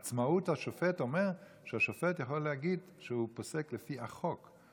עצמאות השופט אומרת שהשופט יכול להגיד שהוא פוסק לפי החוק,